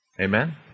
Amen